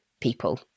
people